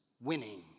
winning